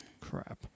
Crap